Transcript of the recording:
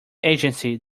agency